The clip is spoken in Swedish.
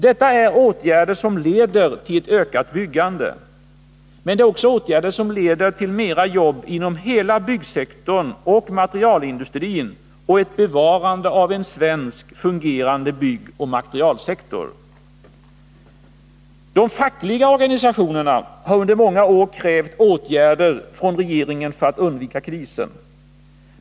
Detta är åtgärder som leder till ett ökat byggande men också till mera jobb inom hela byggsektorn och materialindustrin samt ett bevarande av en fungerande svensk byggoch materialsektor. De fackliga organisationerna har under många år krävt åtgärder från regeringen för att undvika krisen.